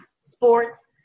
sports